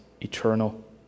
eternal